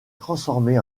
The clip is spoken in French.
transformé